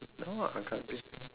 no I can't eh